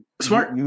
Smart